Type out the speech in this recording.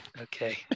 okay